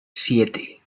siete